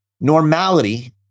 normality